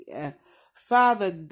Father